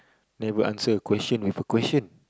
never a answer a question with a question